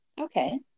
okay